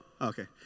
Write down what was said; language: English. okay